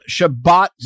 Shabbat